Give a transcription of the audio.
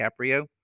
DiCaprio